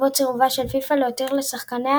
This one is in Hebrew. בעקבות סירובה של פיפ"א להתיר לשחקניה